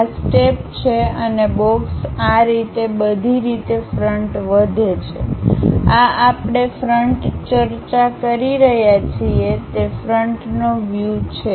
આ સ્ટેપ છે અને બોક્સ આ રીતે બધી રીતે ફ્રન્ટ વધે છે આ આપણે ફ્રન્ટ ચર્ચા કરી રહ્યા છીએ તે ફ્રન્ટનો વ્યૂ છે